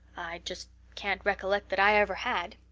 just can't recollect that i ever had.